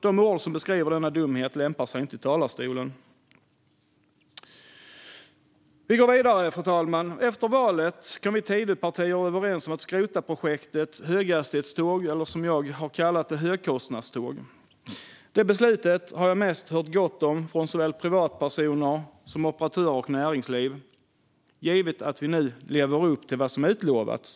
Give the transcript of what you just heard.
De ord som beskriver denna dumhet lämpar sig inte i talarstolen, fru talman. Efter valet kom vi Tidöpartier överens om att skrota projektet höghastighetståg - eller högkostnadståg, som jag har valt att kalla det. Detta beslut har jag mest hört gott om från såväl privatpersoner som operatörer och näringsliv, givet att vi nu lever upp till vad som utlovats.